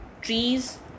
trees